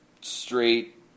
straight